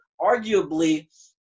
arguably